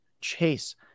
Chase